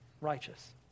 righteous